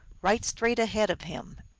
right straight ahead of him.